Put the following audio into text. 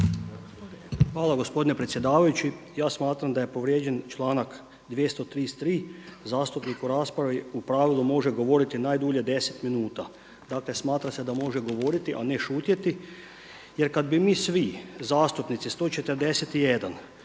Hvala gospodine predsjedavajući. Ja smatram da je povrijeđen članak 233. Zastupnik u raspravi u pravilu može govoriti najdulje 10 minuta, dakle smatra se da može govoriti, a ne šutjeti. Jer kad bi mi svi zastupnici 141